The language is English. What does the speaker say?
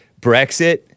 Brexit